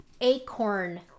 acorn